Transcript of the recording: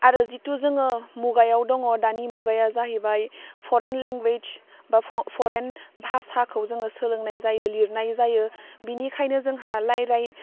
आरो जितु जोङो मुगायाव दङ दानि मुगाया जाहैबाय परेन लेंगुएस बा परेन भासाखौ जोङो सोलोंनाय जायो लिरनाय जायो बिनिखायनो जोंहा लायराय